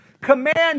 command